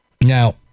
Now